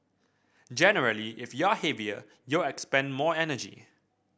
generally if you're heavier you'll expend more energy